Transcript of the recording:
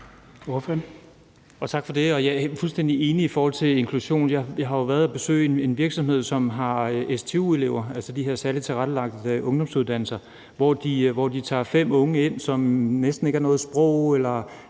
Tak for det. Jeg er fuldstændig enig i forhold til det med inklusion. Jeg har jo været på besøg i en virksomhed, som har stu-elever, altså elever på de her særligt tilrettelagte ungdomsuddannelser, hvor de tager fem unge ind, som næsten ikke har noget sprog eller